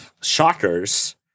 Shockers